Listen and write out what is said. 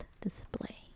display